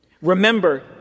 Remember